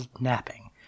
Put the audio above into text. napping